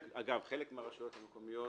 אגב, חלק מהרשויות המקומיות